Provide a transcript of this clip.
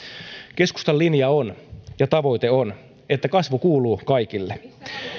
keskustan linja ja tavoite on että kasvu kuuluu kaikille